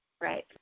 Right